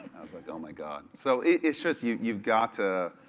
like, my god. so it's just, you've you've got to,